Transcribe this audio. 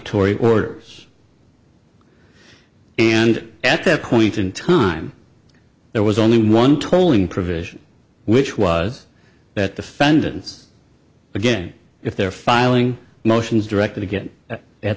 tory orders and at that point in time there was only one tolling provision which was that defendants again if they're filing motions directed again at